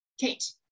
Kate